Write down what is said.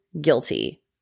guilty